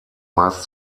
meist